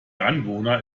anwohner